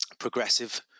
progressive